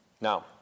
Now